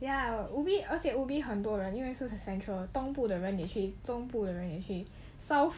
ya ubi 而且 ubi 很多人因为是 central 东部的人也去中部的人也去 south